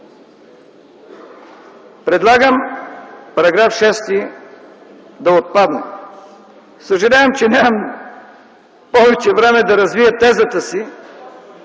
Предлагам § 6 да отпадне. Съжалявам, че нямам повече време да развия тезата си,